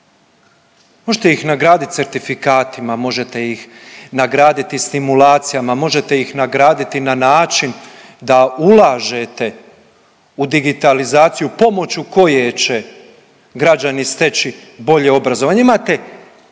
možete ih nagraditi certifikatima, možete ih nagraditi stimulacijama, možete ih nagraditi na način da ulažete u digitalizaciju pomoću koje će građani steći bolje obrazovanje,